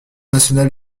national